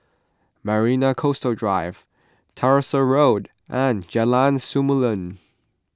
Marina Coastal Drive Tyersall Road and Jalan Samulun